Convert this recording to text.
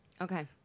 Okay